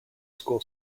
school